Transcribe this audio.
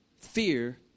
fear